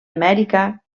amèrica